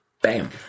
Bam